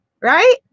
right